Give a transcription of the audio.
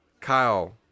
Kyle